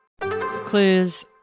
Clues